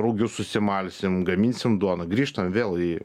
rugius susimalsim gaminsim duoną grįžtam vėl į